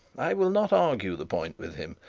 i will not argue the point with him.